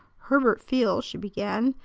herbert feels, she began,